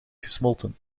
gesmolten